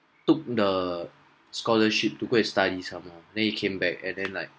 took the scholarship to go and study some more and then he came back and then like